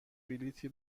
بلیطی